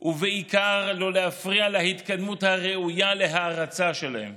ובעיקר, לא להפריע להתקדמות הראויה להערצה שלהם.